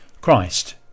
christ